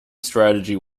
strategy